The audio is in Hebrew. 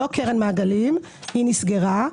לא קרן המעגלים, היא נסגרה.